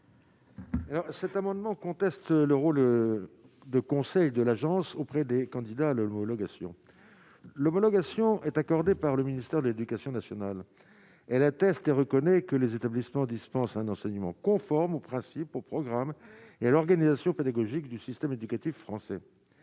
cet amendement conteste le rôle de conseil de l'agence auprès des candidats le l'homologation l'homologation est accordée par le ministère de l'Éducation nationale, elle a testé, reconnaît que les établissements dispensent un enseignement conforme aux principes au programme et à l'organisation pédagogique du système éducatif français